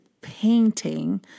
painting